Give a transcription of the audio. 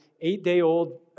eight-day-old